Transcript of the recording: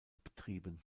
betrieben